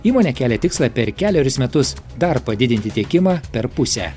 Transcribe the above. įmonė kelia tikslą per kelerius metus dar padidinti tiekimą per pusę